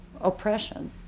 oppression